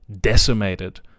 decimated